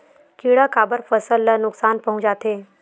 किड़ा काबर फसल ल नुकसान पहुचाथे?